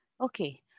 Okay